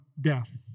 death